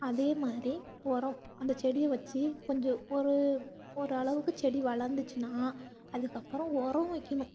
அதே மாதிரி உரம் அந்த செடியை வச்சு கொஞ்சம் ஒரு ஒரளவுக்கு செடி வளர்ந்துச்சின்னா அதுக்கப்பறம் உரம் வைக்கணும்